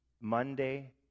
Monday